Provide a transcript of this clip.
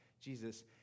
jesus